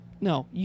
No